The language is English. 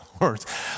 words